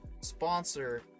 sponsor